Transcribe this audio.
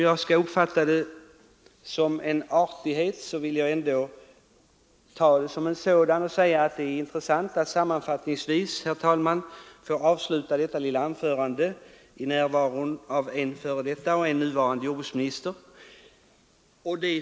Jag vill uppfatta det som en artighet, herr talman, att jag får avsluta detta lilla anförande i närvaro av en f. d. och en nuvarande jordbruksminister.